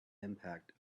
impact